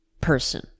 person